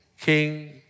King